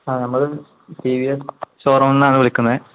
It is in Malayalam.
ആ നമ്മൾ ടി വി എ ഷോറൂമന്നാണ് വിളിക്കുന്നത്